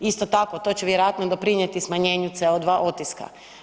Isto tako, to će vjerojatno doprinijeti smanjenju CO2 otiska.